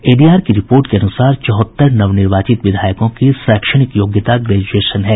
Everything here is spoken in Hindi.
एडीआर की रिपोर्ट के अनूसार चौहत्तर नवनिर्वाचित विधायकों की शैक्षणिक योग्यता ग्रेजुएशन है